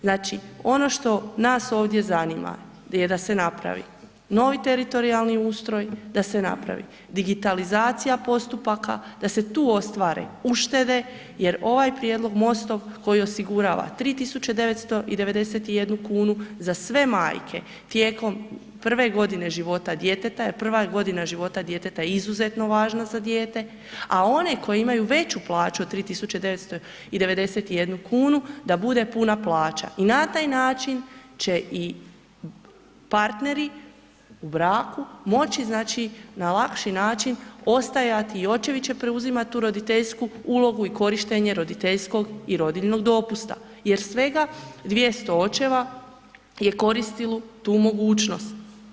Znači ono što nas ovdje zanima je da se napravi novi teritorijalni ustroj, da se napravi digitalizacija postupaka, da se tu ostvare uštede jer ovaj prijedlog Mostov koji osigurava 3991 kunu za sve majke tijekom prve godine života djeteta jer prva godina života djeteta je izuzetno važna za dijete, a one koje imaju veću plaću od 3991 kunu, da bude puna plaća i na taj način će i partneri u braku moći znači na lakši način ostajati i očevi će preuzimati tu roditeljsku ulogu i korištenje roditeljskog i rodiljnog dopusta jer svega 200 očeva je koristilo tu mogućnost.